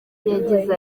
yagize